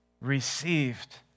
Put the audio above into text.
received